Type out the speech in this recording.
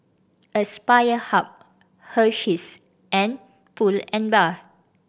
Aspire Hub Hersheys and Pull and Bear